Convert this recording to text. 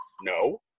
No